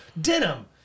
denim